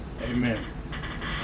amen